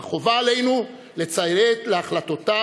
אך חובה עלינו לציית להחלטותיו,